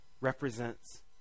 represents